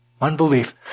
unbelief